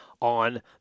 on